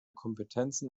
kompetenzen